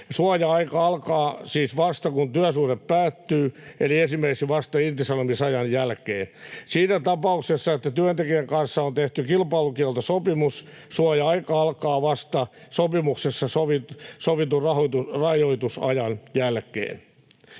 Suoja-aika alkaa siis vasta, kun työsuhde päättyy, eli esimerkiksi vasta irtisanomisajan jälkeen. Siinä tapauksessa, että työntekijän kanssa on tehty kilpailukieltosopimus, suoja-aika alkaa vasta sopimuksessa sovitun rajoitusajan jälkeen.